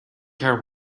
care